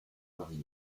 variée